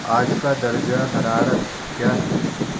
آج کا درجے حرارت کیا ہے